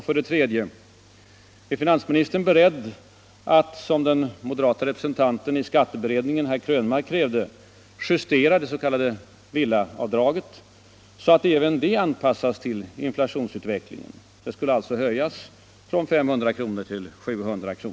För det tredje: Är finansministern beredd att — som den moderate representanten i skatteberedningen herr Krönmark krävde — justera det s.k. villaavdraget, så att även det anpassas till inflationsutvecklingen? Det skulle alltså höjas från 500 kr. till 700 kr.